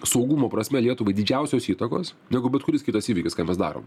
saugumo prasme lietuvai didžiausios įtakos negu bet kuris kitas įvykis ką mes darom